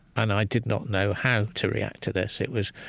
and i did not know how to react to this it was